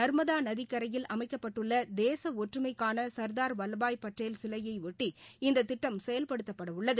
நர்மதாநதிக்கரையில் அமைக்கப்பட்டுள்ளதேசஒற்றுமைக்கானசர்தார் வல்லபாய் பட்டேல் சிலையையொட்டி இந்ததிட்டம் செயல்படுத்தப்படவுள்ளது